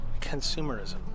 consumerism